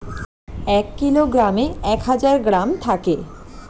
এক কিলোগ্রামে এক হাজার গ্রাম থাকে